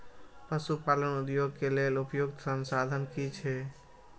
पशु पालन उद्योग के लेल उपयुक्त संसाधन की छै?